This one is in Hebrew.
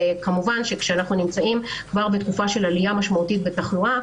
כשאנחנו נמצאים בתקופה של עלייה משמעותית בתחלואה,